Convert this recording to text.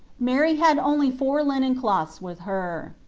mary had only four linen cloths with her.